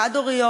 חד-הוריות,